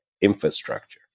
infrastructure